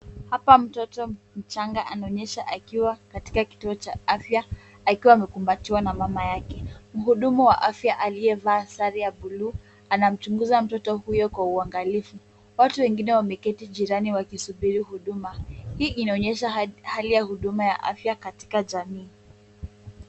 Hapa mtoto mchanga anaonyeshwa akiwa katika kituo cha afya akiwa amekumbatiwa na mama yake. Mhudumu wa afya aliyevaa sare ya bluu anamchunguza mtoto huyo kwa uangalifu. Watu wengine wameketi jirani wakisubiri huduma. Hii inaonyesha hali ya huduma ya afya katika jamii.